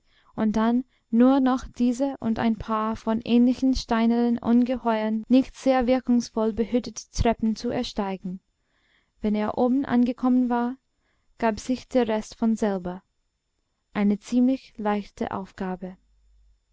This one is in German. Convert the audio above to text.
und dann nur noch diese und ein paar von ähnlichen steinernen ungeheuern nicht sehr wirkungsvoll behütete treppen zu ersteigen wenn er oben angekommen war gab sich der rest von selber eine ziemlich leichte aufgabe